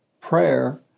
prayer